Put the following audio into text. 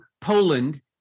Poland